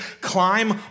climb